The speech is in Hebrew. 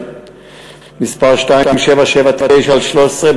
מס' 2779/13,